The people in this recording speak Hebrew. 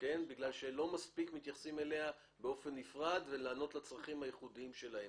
בגלל שלא מספיק מתייחסים אליה באופן נפרד ולענות לצרכים הייחודיים שלהם.